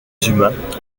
humains